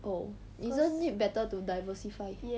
oh isn't it better to diversify